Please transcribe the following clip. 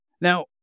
Now